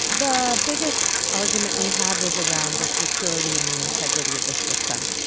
the biggest argument we had was around the security and the integrity of the system.